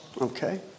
Okay